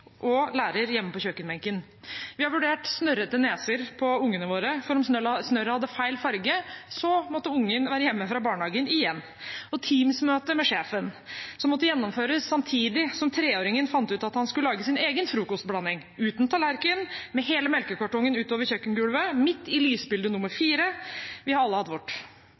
og lærer hjemme ved kjøkkenbenken. Vi har vurdert snørrete neser på ungene våre, for om snørret hadde feil farge, måtte ungen være hjemme fra barnehagen igjen. Teams-møte med sjefen måtte gjennomføres samtidig som treåringen fant ut at han skulle lage sin egen frokostblanding, uten tallerken, med hele melkekartongen utover kjøkkengulvet – midt i lysbilde nummer fire. Vi